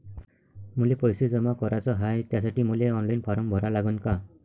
मले पैसे जमा कराच हाय, त्यासाठी मले ऑनलाईन फारम भरा लागन का?